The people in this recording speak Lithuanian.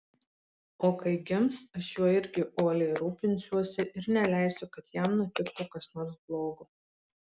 o kai gims aš juo irgi uoliai rūpinsiuosi ir neleisiu kad jam nutiktų kas nors blogo